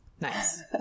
Nice